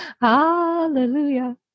Hallelujah